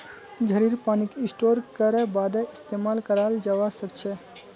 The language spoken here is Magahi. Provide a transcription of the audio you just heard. झड़ीर पानीक स्टोर करे बादे इस्तेमाल कराल जबा सखछे